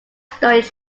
stories